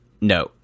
No